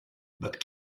but